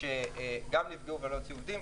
שגם נפגעו ולא הוציאו עובדים.